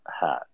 hat